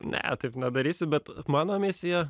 ne taip nedarysiu bet mano misija